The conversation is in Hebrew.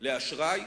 לאשראי